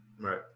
right